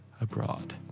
abroad